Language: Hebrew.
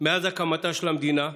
מאז הקמתה של המדינה,